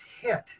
hit